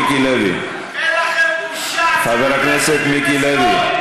הוצאתם את בני בגין, חבר הכנסת מיקי לוי.